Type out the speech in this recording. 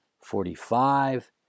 forty-five